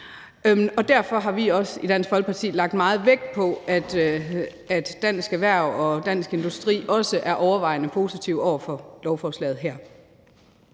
Og derfor har vi i Dansk Folkeparti lagt meget vægt på, at Dansk Erhverv og Dansk Industri også er overvejende positive over for lovforslaget her.